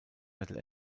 metal